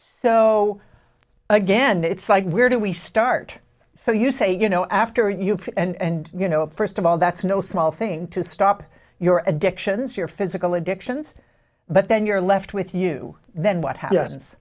so again it's like where do we start so you say you know after you've and you know first of all that's no small thing to stop your addictions your physical addictions but then you're left with you then what happens